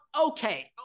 Okay